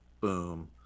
Boom